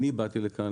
אני באתי לכאן,